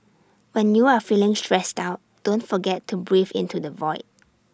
when you are feeling stressed out don't forget to breathe into the void